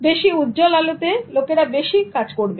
বেশি উজ্জ্বল আলোতে লোকেরা বেশি কাজ করবে